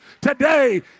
today